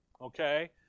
Okay